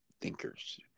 thinkers